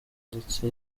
ndetse